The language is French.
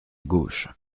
gauche